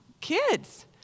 Kids